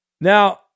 Now